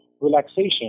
relaxation